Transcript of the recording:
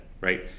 right